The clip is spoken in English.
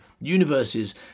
universes